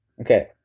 Okay